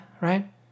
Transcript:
right